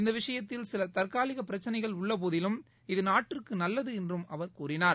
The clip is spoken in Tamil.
இந்த விஷயத்தில் சில தற்காலிக பிரச்சினைகள் உள்ளபோதிலும் இது நாட்டிற்கு நல்லது என்று அவர் கூறினார்